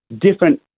different